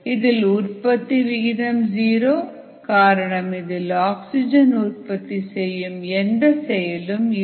இதில் உற்பத்தி விகிதம் ஜீரோ காரணம் இதில் ஆக்ஸிஜன் உற்பத்தி செய்யும் எந்த செயலும் இல்லை